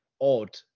odd